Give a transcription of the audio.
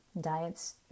diets